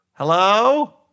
Hello